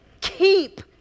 keep